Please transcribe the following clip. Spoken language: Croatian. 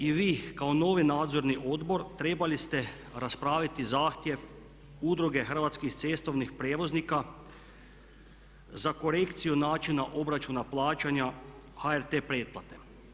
I vi kao novi Nadzorni odbor trebali ste raspraviti zahtjev Udruge hrvatskih cestovnih prijevoznika za korekciju načina obračuna plaćanja HRT pretplate.